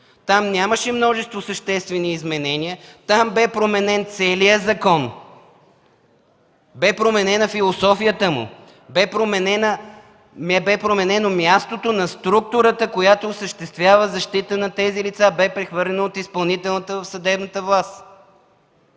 Там нямаше множество съществени изменения. Там бе променен целият закон. Бе променена философията му, бе променено мястото на структурата, която осъществява защита на тези лица. Бе прехвърлена от изпълнителната в съдебната власт.